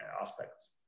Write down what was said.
aspects